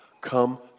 Come